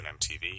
MTV